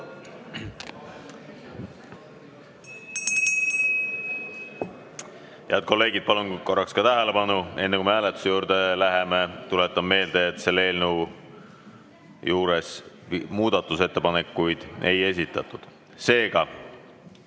Head kolleegid, palun korraks tähelepanu. Enne kui me hääletuse juurde läheme, tuletan meelde, et selle eelnõu kohta muudatusettepanekuid ei esitatud. Seega